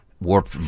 Warped